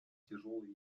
тяжелый